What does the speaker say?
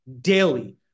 daily